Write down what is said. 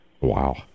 Wow